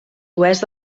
oest